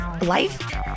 Life